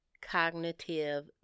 cognitive